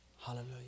Hallelujah